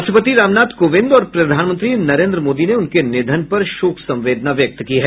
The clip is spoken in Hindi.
राष्ट्रपति रामनाथ कोविंद और प्रधानमंत्री नरेन्द्र मोदी ने उनके निधन पर शोक संवेदना व्यक्त की है